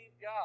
God